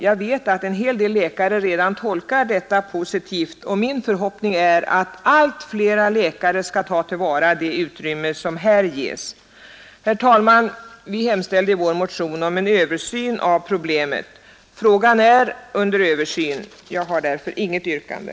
Jag vet att en hel del läkare redan tolkar detta positivt, och min förhoppning är att allt flera läkare skall ta till vara det utrymme som här ges. Herr talman! Vi har i vår motion hemställt om en översyn av problemet. Frågan är under översyn. Jag har därför inget yrkande.